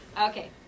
Okay